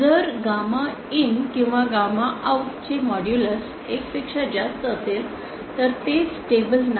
जर gamma in किंवा gamma out चे मॉड्यूलस एकापेक्षा जास्त असेल तर ते स्टेबल नाही